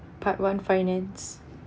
part one finance